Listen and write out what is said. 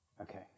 Okay